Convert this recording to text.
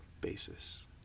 basis